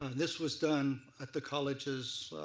and this was done at the college's